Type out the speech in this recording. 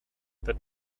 that